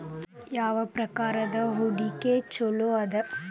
ಯಾವ ಪ್ರಕಾರದ ಹೂಡಿಕೆ ಚೊಲೋ ಅದ